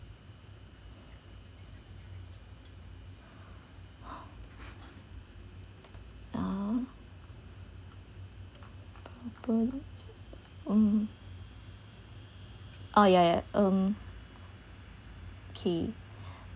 uh but mm oh ya ya um okay